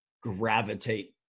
gravitate